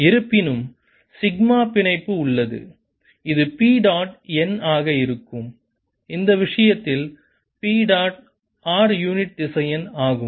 இருப்பினும் சிக்மா பிணைப்பு உள்ளது இது P டாட் n ஆக இருக்கும் இந்த விஷயத்தில் P டாட் r யூனிட் திசையன் ஆகும்